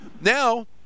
Now